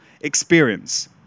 experience